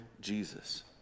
Jesus